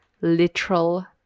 literal